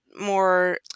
more